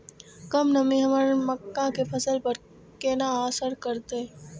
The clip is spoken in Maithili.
कम नमी हमर मक्का के फसल पर केना असर करतय?